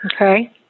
Okay